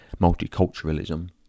multiculturalism